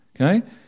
Okay